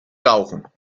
rauchen